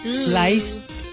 sliced